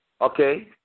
okay